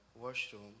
washroom